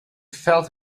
felt